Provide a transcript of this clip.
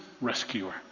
rescuer